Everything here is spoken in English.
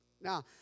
Now